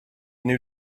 new